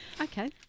Okay